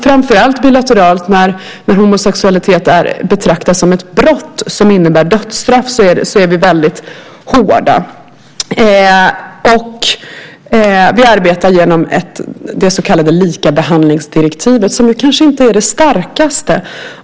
Framför allt när homosexualitet betraktas som ett brott som innebär dödsstraff är vi väldigt hårda. Vi arbetar också genom det så kallade likabehandlingsdirektivet, som kanske inte är det starkaste.